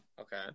Okay